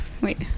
Wait